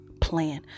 plan